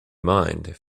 mind